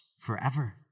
forever